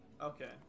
Okay